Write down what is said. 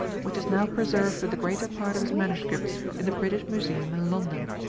which is now preserved with the greater part of his manuscripts in the british museum in london.